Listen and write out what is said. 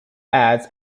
ads